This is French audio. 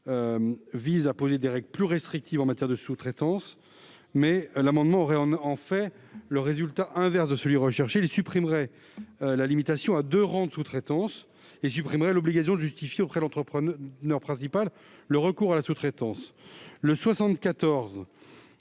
vise à poser des règles plus restrictives en matière de sous-traitance, mais son adoption aurait, en fait, le résultat inverse de celui qui est recherché, car elle supprimerait la limitation à deux rangs de sous-traitance, ainsi que l'obligation de justifier auprès de l'entrepreneur principal le recours à la sous-traitance. Avec